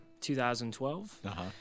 2012